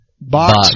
box